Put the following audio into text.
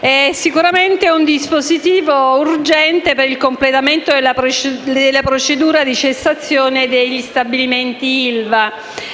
È sicuramente un dispositivo urgente per il completamento della procedura di cessazione degli stabilimenti ILVA.